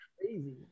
crazy